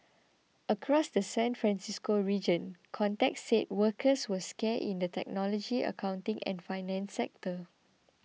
across the San Francisco region contacts said workers were scarce in the technology accounting and finance sectors